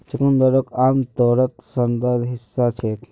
चुकंदरक आमतौरत सलादेर हिस्सा खा छेक